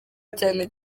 cyane